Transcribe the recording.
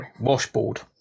Washboard